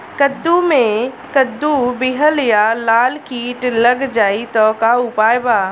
कद्दू मे कद्दू विहल या लाल कीट लग जाइ त का उपाय बा?